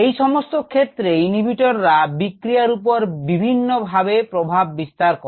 এই সমস্ত ক্ষেত্রে ইনহিবিটররা বিক্রিয়ার উপর বিভিন্ন রকম ভাবে প্রভাব বিস্তার করে